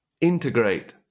integrate